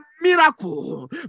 miracle